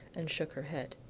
and shook her head.